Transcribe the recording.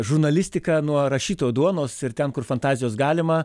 žurnalistika nuo rašytojo duonos ir ten kur fantazijos galima